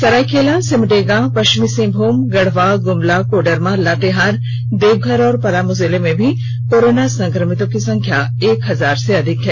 सरायकेला सिमडेगा पश्चिमी सिंहभूम गढ़वा गुमला कोडरमा लातेहार देवघर और पलामू जिले में भी कोरोना संक्रमितों की संख्या एक हजार से अधिक है